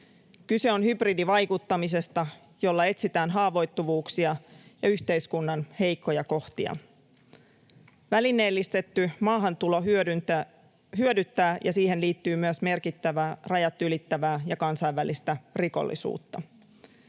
Kyse on hybridivaikuttamisesta, jolla etsitään haavoittuvuuksia ja yhteiskunnan heikkoja kohtia. Välineellistetty maahantulo hyödyttää ja siihen liittyy myös merkittävää rajat ylittävää ja kansainvälistä rikollisuutta.